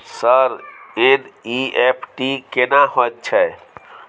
Sir NEFT केना होयत छै?